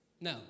No